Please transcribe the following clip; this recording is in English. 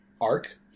arc